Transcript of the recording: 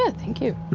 ah thank you.